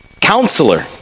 Counselor